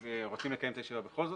ורוצים לקיים את הישיבה בכל זאת,